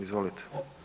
Izvolite.